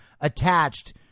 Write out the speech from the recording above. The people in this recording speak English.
attached